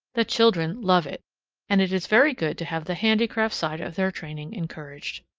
the children love it and it is very good to have the handicraft side of their training encouraged.